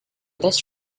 this